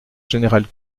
général